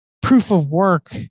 proof-of-work